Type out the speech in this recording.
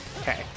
Okay